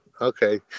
Okay